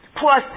Plus